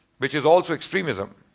which is also extremism.